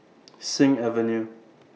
Sing Avenue